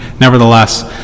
Nevertheless